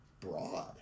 broad